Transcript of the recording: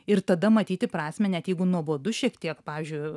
ir tada matyti prasmę net jeigu nuobodu šiek tiek pavyzdžiui